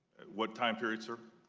what time period, sir?